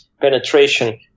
penetration